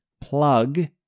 plug